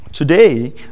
Today